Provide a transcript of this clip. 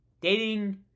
Dating